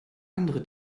andere